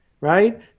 right